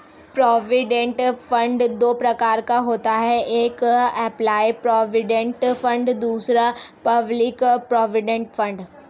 provident fund दो प्रकार का होता है एक एंप्लॉय प्रोविडेंट फंड दूसरा पब्लिक प्रोविडेंट फंड